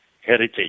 heritage